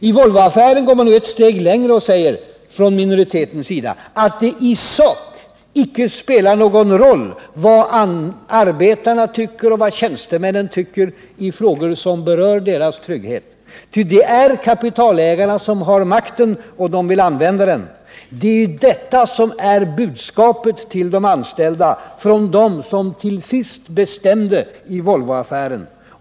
I Volvoaffären går man nu ett steg längre och säger från minoritetens sida att det i sak icke spelar någon roll vad arbetarna och tjänstemännen tycker i frågor som berör deras trygghet. Ty det är kapitalägarna som har makten och vill använda den. Det är budskapet till de anställda från dem som till sist bestämde i Volvoaffären.